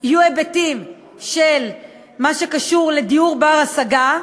יהיו היבטים של מה שקשור לדיור בר-השגה,